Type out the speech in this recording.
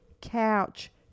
couch